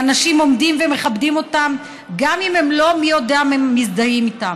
ואנשים עומדים ומכבדים אותם גם אם הם לא מי יודע מה מזדהים איתם.